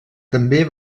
també